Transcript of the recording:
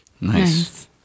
Nice